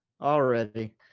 Already